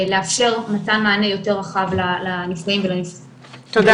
לאפשר מתן מענה יותר רחב לנפגעים ולנפגעות.